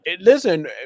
Listen